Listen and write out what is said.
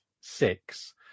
six